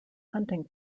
hunting